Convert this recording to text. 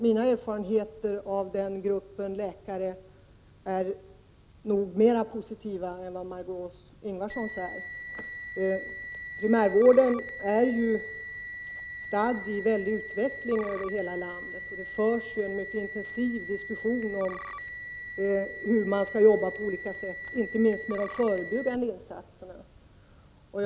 Mina erfarenheter av den gruppen läkare är mer positiva än Marg6é Ingvardssons. Primärvården är ju stadd i väldig utveckling över hela landet. Det förs en mycket intensiv diskussion om hur man på olika sätt skall jobba inte minst med de förebyggande insatserna.